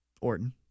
Orton